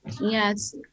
yes